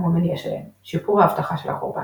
המניע שלהם - שיפור האבטחה של הקורבן.